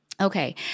Okay